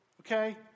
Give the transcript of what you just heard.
Okay